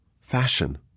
fashion